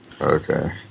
okay